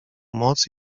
moc